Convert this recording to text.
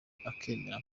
akemera